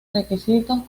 requisitos